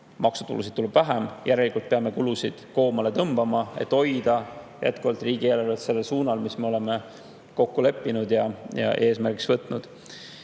Maksutulusid tuleb vähem, järelikult peame kulusid koomale tõmbama, et hoida jätkuvalt riigieelarvet sellel suunal, mis me oleme kokku leppinud ja eesmärgiks võtnud.